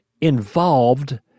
involved